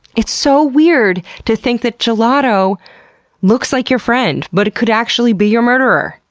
it's so weird to think that gelato looks like your friend but could actually be your murderer!